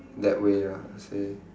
that way ah